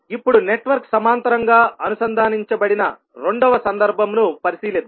ఇప్పుడు నెట్వర్క్ సమాంతరంగా అనుసంధానించబడిన రెండవ సందర్భం ను పరిశీలిద్దాం